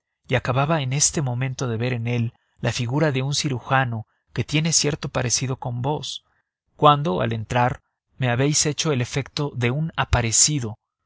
y acababa en este momento de ver en él la figura de un cirujano que tiene cierto parecido con vos cuando al entrar me habéis hecho el efecto de un aparecido